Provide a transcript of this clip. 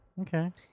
Okay